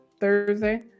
thursday